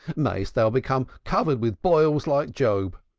mayest thou become covered with boils like job!